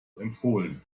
empfohlen